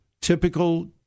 typical